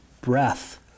breath